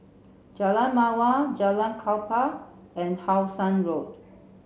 Jalan Mawar Jalan Klapa and How Sun Road